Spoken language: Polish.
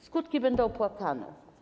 Skutki będą opłakane.